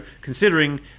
considering